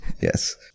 Yes